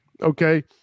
okay